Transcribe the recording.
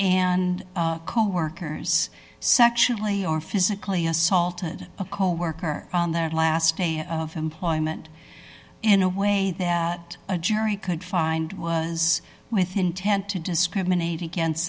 and coworkers sexually or physically assaulted a coworker on their last day of employment in a way that a jury could find was with intent to discriminate against